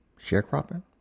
sharecropping